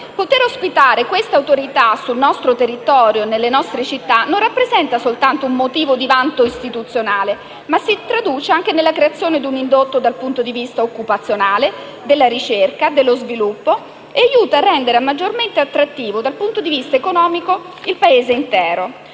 Poter ospitare queste autorità sul nostro territorio, nelle nostre città, non solo costituisce un motivo di vanto istituzionale, ma si traduce anche nella creazione di un indotto dal punto di vista occupazionale, della ricerca, dello sviluppo e ci aiuta a rendere maggiormente attrattivo - dal punto di vista economico - il Paese intero.